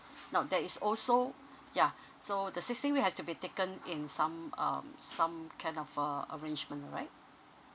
now that is also yeah so the sixteen week has to be taken in some um some kind of uh arrangement alright